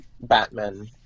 Batman